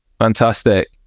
Fantastic